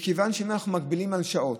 מכיוון שאנחנו מגבילים בשעות.